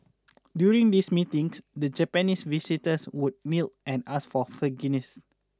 during these meetings the Japanese visitors would kneel and ask for forgiveness